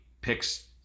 picks